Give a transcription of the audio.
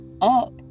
up